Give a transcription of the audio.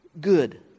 good